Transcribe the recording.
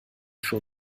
für